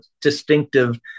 distinctive